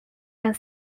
and